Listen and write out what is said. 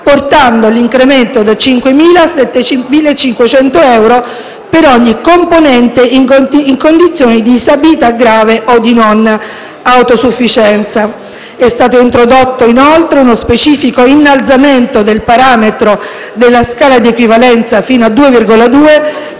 portando l'incremento da 5.000 a 7.500 euro per ogni componente in condizione di disabilità grave o di non autosufficienza. È stato introdotto, inoltre, uno specifico innalzamento del parametro della scala di equivalenza (fino a 2,2)